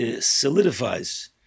solidifies